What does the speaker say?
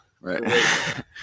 Right